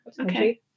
Okay